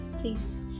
please